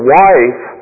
wife